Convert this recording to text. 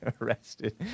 arrested